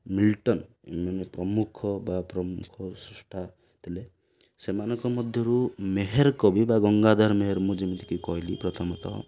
Milton ମାନେ ପ୍ରମୁଖ ବା ପ୍ରମୁଖ ଶ୍ରଷ୍ଠା ଥିଲେ ସେମାନଙ୍କ ମଧ୍ୟରୁ ମେହେର କବି ବା ଗଙ୍ଗାଧାର ମେହେର ମୁଁ ଯେମିତିକି କହିଲି ପ୍ରଥମତଃ